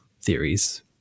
theories